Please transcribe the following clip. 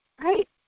Right